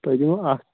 تۄہہِ دِمہو اَکھ